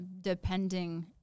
depending